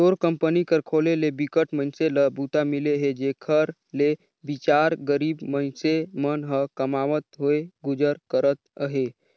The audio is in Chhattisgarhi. तोर कंपनी कर खोले ले बिकट मइनसे ल बूता मिले हे जेखर ले बिचार गरीब मइनसे मन ह कमावत होय गुजर करत अहे